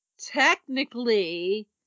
technically